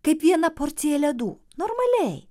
kaip vieną porciją ledų normaliai